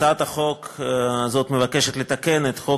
הצעת החוק הזאת מבקשת לתקן את חוק